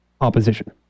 opposition